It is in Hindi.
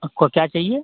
आपको क्या चाहिए